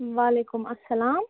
وعلیکُم اسلام